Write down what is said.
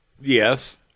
Yes